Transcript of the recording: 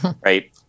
Right